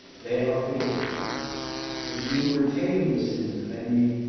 they are forgiven them if you were retain the sins of any,